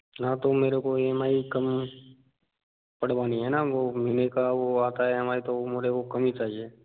हाँ तो मेरे को ई एम आई कम पड़वानी है ना वो महीने का वो आता है ई एम आई तो मुझे वो कम ही चाहिए